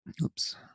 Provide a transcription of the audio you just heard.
Oops